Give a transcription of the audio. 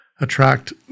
attract